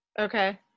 Okay